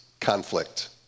conflict